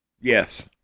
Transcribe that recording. Yes